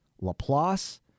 Laplace